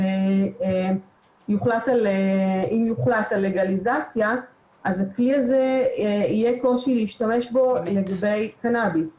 אי אפשר לצאת מהסוגיה הזאת בלי קמפיין,